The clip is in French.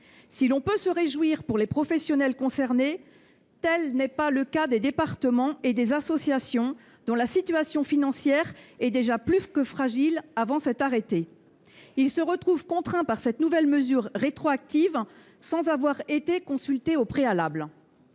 Si l’on peut se réjouir pour les professionnels concernés, il n’en va pas de même pour les départements et les associations, dont la situation financière était déjà plus que fragile avant cet arrêté. Ils se retrouvent contraints par cette nouvelle mesure rétroactive, sans avoir été consultés au préalable.